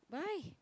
why